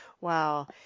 Wow